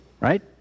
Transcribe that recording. right